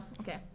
okay